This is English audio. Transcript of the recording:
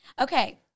Okay